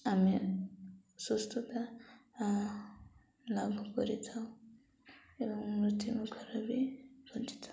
ଆମେ ସୁସ୍ଥତା ଲାଭ କରିଥାଉ ଏବଂ ମୃତ୍ୟୁ ମୁଖର ବି ବଜିଥାଉ